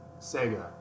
Sega